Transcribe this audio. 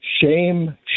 Shame